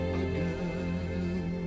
again